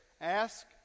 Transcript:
Ask